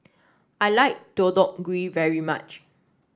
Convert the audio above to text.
I like Deodeok Gui very much